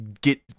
get